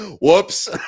Whoops